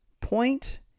point